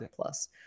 Plus